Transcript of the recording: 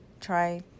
try